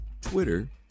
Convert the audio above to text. Twitter